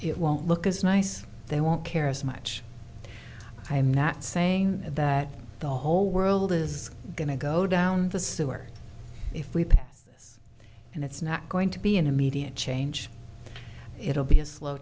it won't look as nice they won't care as much i'm not saying that the whole world is going to go down the sewer if we pass this and it's not going to be an immediate change it'll be a slow